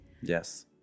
yes